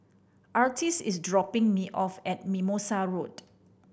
Artis is dropping me off at Mimosa Road